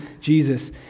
Jesus